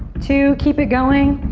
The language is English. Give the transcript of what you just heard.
two. keep it going.